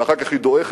ואחר כך היא דועכת,